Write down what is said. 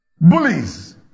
Bullies